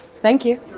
thank you.